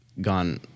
gone